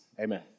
Amen